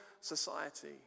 society